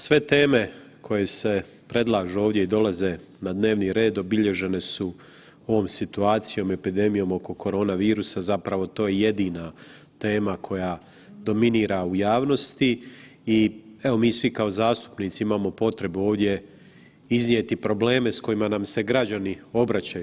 Sve teme koje se predlažu ovdje i dolaze na dnevni red obilježene su ovom situacijom, epidemijom oko koronavirusa, zapravo to je jedina tema koja dominira u javnosti i evo mi svi kao zastupnici imamo potrebu ovdje iznijeti probleme s kojima nam se građani obraćaju.